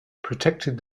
protected